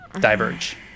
diverge